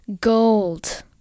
Gold